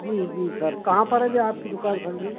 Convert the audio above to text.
जी जी सर कहाँ पर है ये आपकी दुकान सर जी